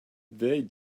they